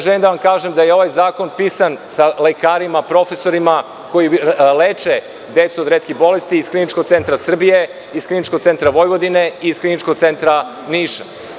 Želim da vam kažem da je ovaj zakon pisan sa lekarima, profesorima koji leče decu od retkih bolesti iz Kliničkog centra Srbije, iz Kliničkog centra Vojvodine, iz Kliničkog centra Niša.